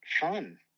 fun